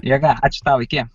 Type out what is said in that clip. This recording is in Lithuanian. jėga ačiū tau iki